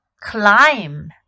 climb